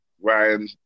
Ryan